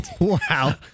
Wow